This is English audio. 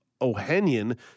O'Hanian